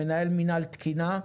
מנהל מינהל תקינה,